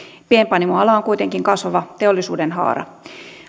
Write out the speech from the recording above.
pienpanimoala on kuitenkin kasvava teollisuudenhaara